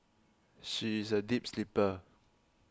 she is a deep sleeper